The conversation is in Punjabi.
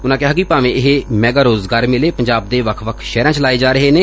ਉਨੂਾਂ ਕਿਹਾ ਕਿ ਭਾਵੇਂ ਇਹ ਮੈਗਾ ਰੋਜ਼ਗਾਰ ਮੇਲੇ ਪੰਜਾਬ ਦੇ ਵੱਖ ਸ਼ਹਿਰਾਂ ਚ ਲਾਏ ਜਾ ਰਹੇ ਨੇ